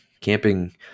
camping